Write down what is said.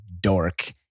dork